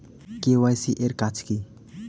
KYC এর কাজ কি?